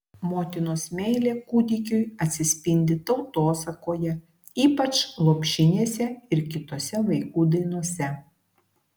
motinos meilė kūdikiui atsispindi tautosakoje ypač lopšinėse ir kitose vaikų dainose